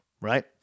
right